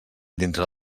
dintre